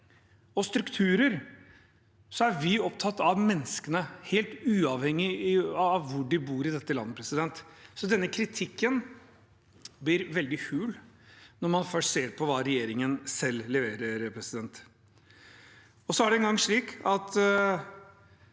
og strukturer, er vi opptatt av menneskene, helt uavhengig av hvor de bor i dette landet. Så denne kritikken blir veldig hul når man først ser på hva regjeringen selv leverer. Så er det vel egentlig slik at